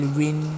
win